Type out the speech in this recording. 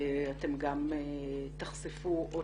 אתם גם תחשפו או